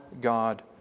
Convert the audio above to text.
God